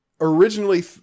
originally